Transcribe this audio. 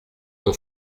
mon